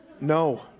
No